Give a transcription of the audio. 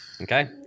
Okay